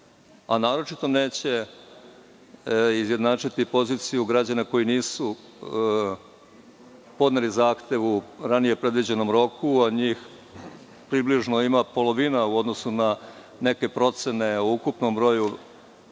a naročito neće izjednačiti poziciju građana koji nisu podneli zahtev u ranije predviđenom roku, a njih približno ima polovina u odnosu na neke procene o ukupnom broju